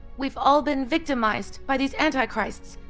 we've all been victimized by these antichrists.